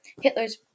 Hitler's